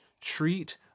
treat